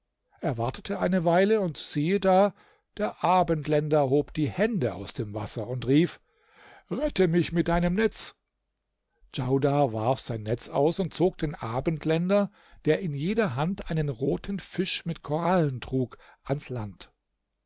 wartete eine weile und siehe da der abendländer hob die hände aus dem wasser und rief rette mich mit deinem netz djaudar warf sein netz aus und zog den abendländer der in jeder hand einen roten fisch mit korallen trug ans land